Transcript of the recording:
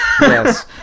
Yes